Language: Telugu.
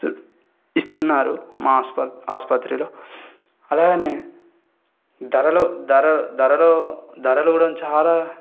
ఇస్తు ఇస్తున్నారు మా ఆస్పత్రిలో అలాగనే ధరలో ధర ధరలో ధరలు కూడా చాలా